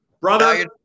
Brother